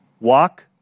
walk